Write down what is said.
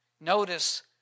notice